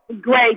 Great